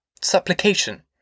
supplication